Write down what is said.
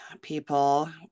people